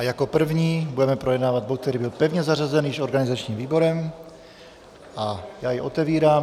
Jako první budeme projednávat bod, který byl pevně zařazen již organizačním výborem, a já jej otevírám.